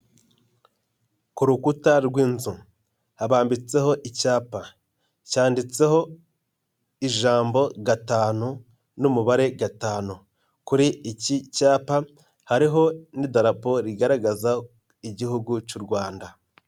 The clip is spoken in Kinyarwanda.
Ku rukuta rw'inzu. Habambitseho icyapa. Cyanditseho ijambo gatanu n'umubare gatanu. Kuri iki cyapa, hariho n'idarapo rigaragaza igihugu cy'u Rwanda.